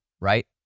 right